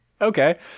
Okay